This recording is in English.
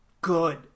good